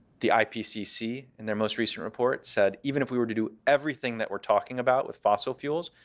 the ipcc, in their most recent report, said, even if we were to do everything that we're talking about with fossil fuels,